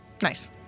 Nice